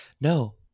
No